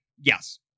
Yes